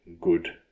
good